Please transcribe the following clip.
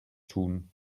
tun